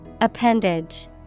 Appendage